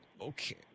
okay